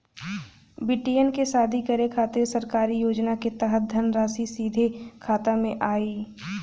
बेटियन के शादी करे के खातिर सरकारी योजना के तहत धनराशि सीधे खाता मे आई?